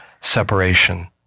separation